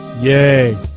yay